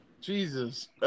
Jesus